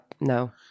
no